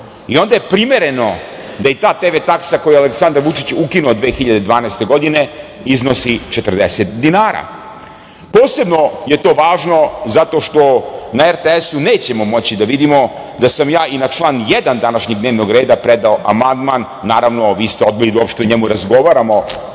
I onda je primereno da i ta TV taksa koju je Aleksandar Vučić ukinuo 2012. godine iznosi 40 dinara. Posebno je to važno zato što na RTS-u nećemo moći da vidimo da sam ja i na član 1. današnjeg dnevnog reda predao amandman, naravno, vi ste odbili da uopšte o njemu razgovaramo,